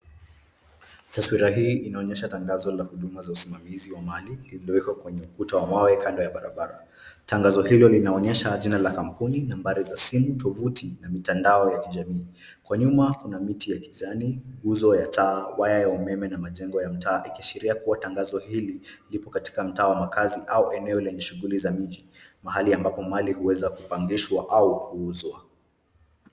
Taswira hii inaonyesha tangazo la huduma za usimamizi wa mali, lililowekwa kwenye ukuta wa mawe, kando ya barabara. Tangazo hilo linaonyesha jina la kampuni, nambari za simu, tovuti na mitandao ya kijamii. Kwa nyuma, kuna miti ya kijani, nguzo ya taa, waya ya umeme na majengo ya mtaa, ikiashiria kuwa tangazo hili lipo katika mtaa wa makaazi au eneo lenye shughuli za miji, mahali ambapo mali huweza kupangishwa au kuuzwa.